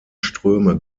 ströme